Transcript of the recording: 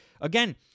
Again